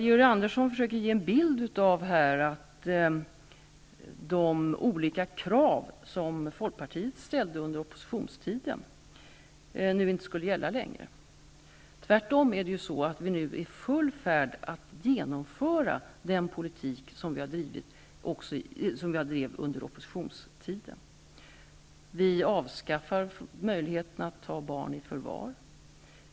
Georg Andersson försöker ge en bild av att de olika krav som Folkpartiet ställde under sin oppositionstid inte skulle gälla längre. Tvärtom är vi nu i full färd med att genomföra den politik som vi drev under oppositionstiden. Vi avskaffar möjligheten att ta barn i förvar.